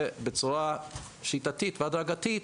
ובצורה שיטתית והדרגתית,